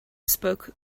spoke